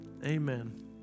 Amen